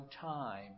time